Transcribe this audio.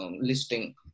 listing